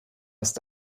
ist